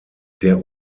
der